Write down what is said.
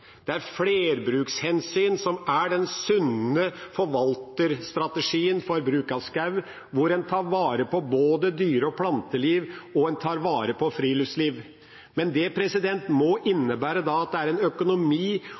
Det er flerbrukshensyn som er den sunne forvalterstrategien for bruk av skog, hvor en tar vare på både dyre- og planteliv og på friluftsliv, men det må innebære at det er en økonomi